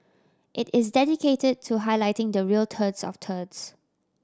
it is dedicated to highlighting the real turds of turds